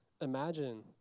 Imagine